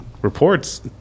reports